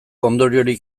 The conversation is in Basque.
ondoriorik